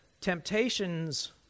temptations